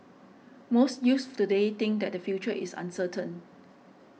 most youths today think that their future is uncertain